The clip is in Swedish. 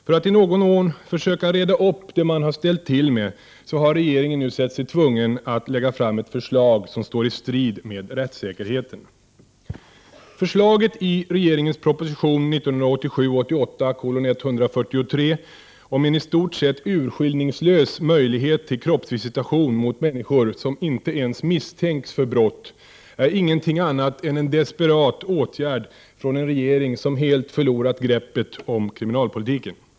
För att i någon mån försöka reda upp det man har ställt till med har regeringen nu sett sig tvungen att lägga fram ett förslag, som står i strid med rättssäkerheten. Förslaget i regeringens proposition 1987/88:143 om en i stort sett urskillningslös möjlighet till kroppsvisitation mot människor som inte ens misstänks för brott är ingenting annat än en desperat åtgärd från en regering som helt förlorat greppet om kriminalpolitiken.